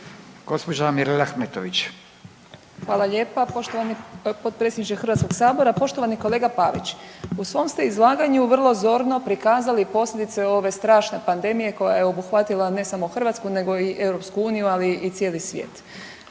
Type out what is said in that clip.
**Ahmetović, Mirela (SDP)** Hvala lijepa. Poštovani potpredsjedniče HS. Poštovani kolega Pavić, u svom ste izlaganju vrlo zorno prikazali posljedice ove strašne pandemije koja je obuhvatila ne samo Hrvatsku nego i EU, ali i cijeli svijet.